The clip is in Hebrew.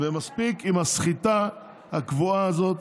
ומספיק עם הסחיטה הקבועה הזאת